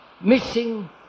missing